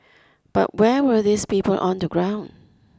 but where were these people on the ground